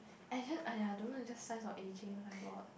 actual~ aiya don't know it's just signs of ageing oh-my-god